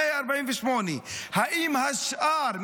148. האם השאר,